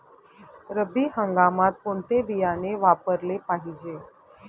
रब्बी हंगामात कोणते बियाणे वापरले पाहिजे?